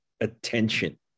attention